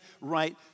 right